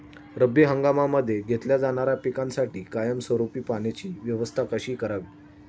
रब्बी हंगामामध्ये घेतल्या जाणाऱ्या पिकांसाठी कायमस्वरूपी पाण्याची व्यवस्था कशी करावी?